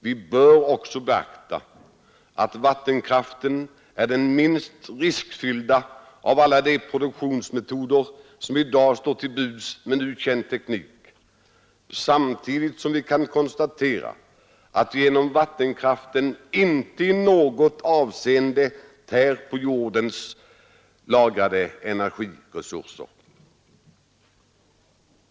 Vi bör också beakta att vattenkraften är den minst riskfyllda av alla de produktionsmetoder som i dag står till buds med nu känd teknik, samtidigt som vi kan konstatera att vi genom vattenkraften inte i något avseende tär på jordens lagrade energiresurser.